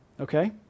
Okay